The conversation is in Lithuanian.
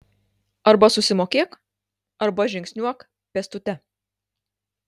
arba susimokėk arba žingsniuok pėstute